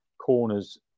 corners